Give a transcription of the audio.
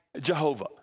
Jehovah